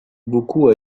beaucoup